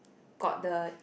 got the